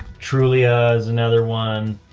trulia as another one,